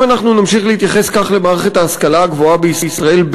אם נמשיך להסתכל כך על מערכת ההשכלה הגבוהה בישראל,